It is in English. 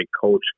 coach